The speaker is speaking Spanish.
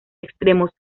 extremos